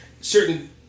certain